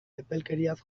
epelkeriaz